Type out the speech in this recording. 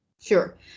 Sure